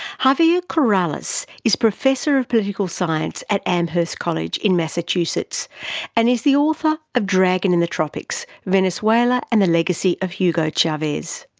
javier corrales is professor of political science at amherst college in massachusetts and is the author of dragon in the tropics venezuela and the legacy of hugo chavez.